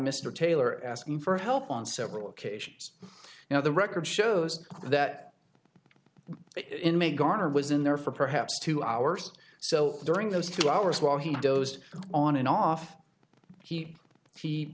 mr taylor asking for help on several occasions now the record shows that inmate garner was in there for perhaps two hours so during those two hours while he dozed on and off he